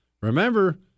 remember